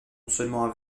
seulement